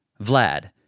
Vlad